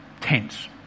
Tense